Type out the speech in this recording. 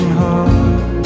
heart